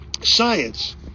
Science